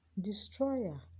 destroyer